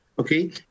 Okay